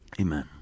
Amen